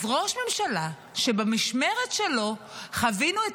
אז ראש ממשלה שבמשמרת שלו חווינו את